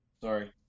Sorry